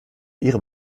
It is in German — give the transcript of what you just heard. ihre